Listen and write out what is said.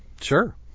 sure